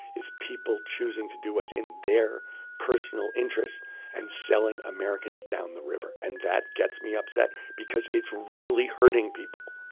is people choosing to do what's in their personal interest and selling americans down the river. and that gets me upset because it's really hurting people.